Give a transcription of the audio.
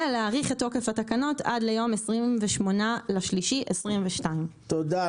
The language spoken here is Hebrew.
ולהאריך את תוקף התקנות עד ליום 28.3.2022. תודה.